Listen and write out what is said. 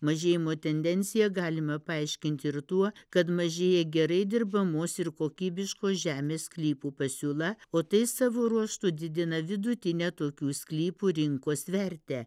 mažėjimo tendenciją galima paaiškinti ir tuo kad mažėja gerai dirbamos ir kokybiškos žemės sklypų pasiūla o tai savo ruožtu didina vidutinę tokių sklypų rinkos vertę